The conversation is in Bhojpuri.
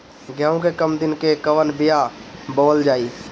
गेहूं के कम दिन के कवन बीआ बोअल जाई?